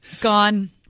Gone